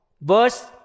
Verse